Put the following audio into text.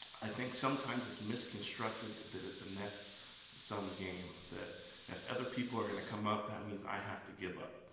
i think sometimes it's misconstructed that it's a net sum game. that if other people are gonna come up, that means i have to give up,